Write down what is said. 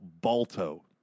Balto